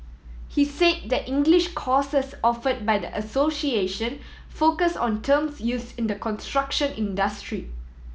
he said that English courses offered by the association focus on terms used in the construction industry